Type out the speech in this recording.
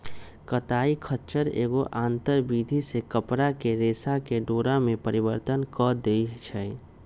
कताई खच्चर एगो आंतर विधि से कपरा के रेशा के डोरा में परिवर्तन कऽ देइ छइ